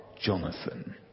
Jonathan